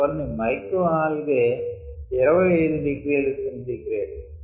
కొన్ని micro algae 25 ºC